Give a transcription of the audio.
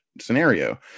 scenario